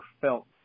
felt